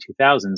2000s